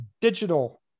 digital